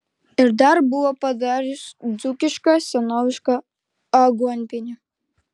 ir dar buvo padarius dzūkišką senovišką aguonpienį